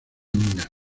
mina